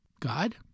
God